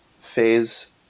Phase